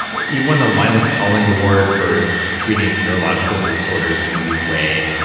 you've won the linus pauling award for treating neurological disorders in a new way.